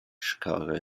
chicago